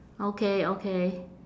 okay okay